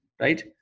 right